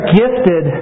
gifted